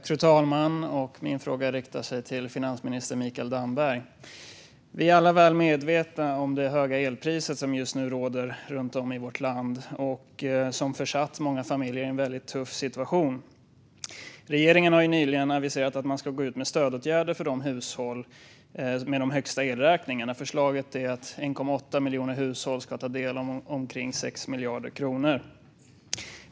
Fru talman! Min fråga riktar sig till finansminister Mikael Damberg. Vi är alla väl medvetna om det höga elpriset som just nu råder runt om i vårt land. Det har försatt många familjer i en tuff situation. Regeringen har nyligen aviserat att man ska gå ut med stödåtgärder för hushållen med de högsta elräkningarna. Förslaget är att 1,8 miljoner hushåll ska ta del av omkring 6 miljarder kronor.